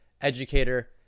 educator